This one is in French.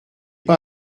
pas